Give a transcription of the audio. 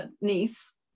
niece